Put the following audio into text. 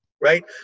Right